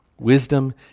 Wisdom